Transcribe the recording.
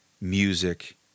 music